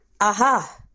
aha